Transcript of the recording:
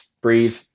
Breathe